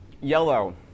Yellow